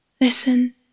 listen